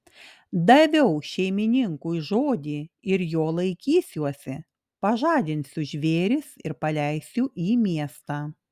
daviau šeimininkui žodį ir jo laikysiuosi pažadinsiu žvėris ir paleisiu į miestą